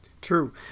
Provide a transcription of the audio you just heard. true